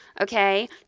okay